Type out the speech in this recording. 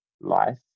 life